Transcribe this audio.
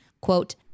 quote